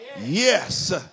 yes